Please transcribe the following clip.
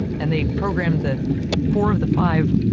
and they programmed the four of the five,